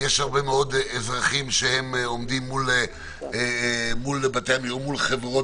יש הרבה מאוד אזרחים שעומדים מול חברות